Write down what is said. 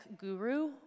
guru